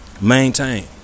maintain